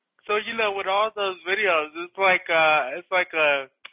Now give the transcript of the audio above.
so you know, with all those videos, it's like ah like a